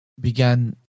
began